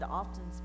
often